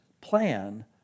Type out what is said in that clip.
plan